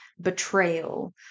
betrayal